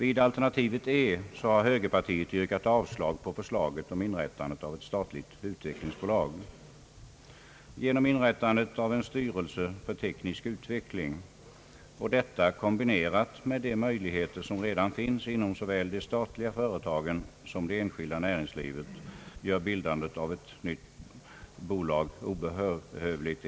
I reservation E 1 har högerpartiet yrkat avslag på förslaget om inrättande av ett statligt utvecklingsbolag. Ett sådant bolag är enligt vårt sätt att se onödigt, detta på grund av inrättandet av en styrelse för teknisk utveckling och kombinationen med de möjligheter som redan finns inom såväl de statliga företagen som det enskilda näringslivet.